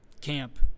camp